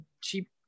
cheap